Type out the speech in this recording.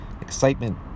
excitement